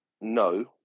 no